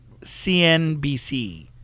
CNBC